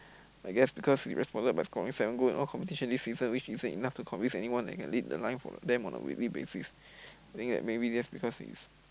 I guess because he responded by scoring seven goal in all competition this season and which season enough to convince anyone that can lead the line for them on a weekly basis and I think maybe just because he's